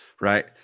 Right